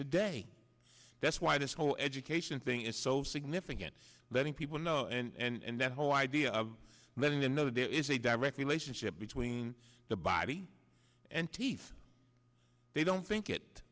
today that's why this whole education thing is so significant letting people know and that whole idea of letting them know that there is a direct relationship between the body and teeth they don't think it